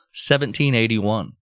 1781